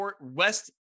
West